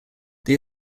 they